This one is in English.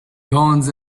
bones